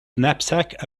knapsack